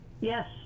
Yes